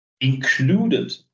included